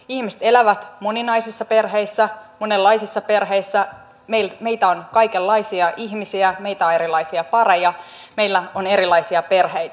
ihmiset elävät moninaisissa perheissä monenlaisissa perheissä meitä on kaikenlaisia ihmisiä meitä on erilaisia pareja meillä on erilaisia perheitä